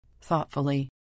thoughtfully